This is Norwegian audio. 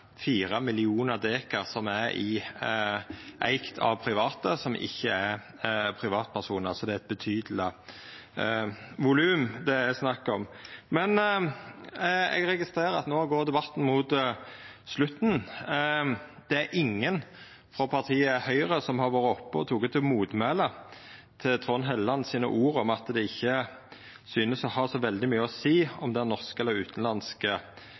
millionar dekar som er eigd av private, som ikkje er privatpersonar, så det er eit betydeleg volum det er snakk om. Eg registrerer at debatten no går mot slutten. Det er ingen frå partiet Høgre som har vore oppe og teke til motmæle mot Trond Helleland sine ord om at det ikkje synest å ha så veldig mykje å seia om det er norske eller utanlandske